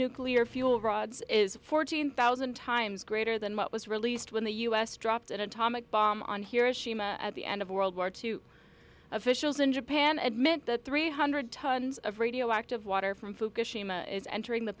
nuclear fuel rods is fourteen thousand times greater than what was released when the u s dropped an atomic bomb on hiroshima at the end of world war two officials in japan admit that three hundred tons of radioactive water from fukushima is entering the